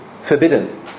forbidden